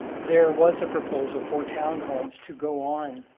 there was a proposal for town homes to go on